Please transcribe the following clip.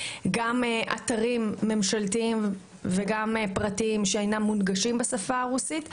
גם אתרים ממשלתיים ופרטיים שאינם מונגשים בשפה הרוסית,